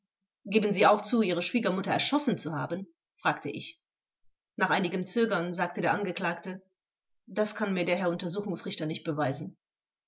geben sie auch zu ihre schwiegermutter erschossen zu haben fragte ich nach einigem zögern sagte der angeklagte das kann mir der herr untersuchungsrichter nicht beweisen